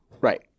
Right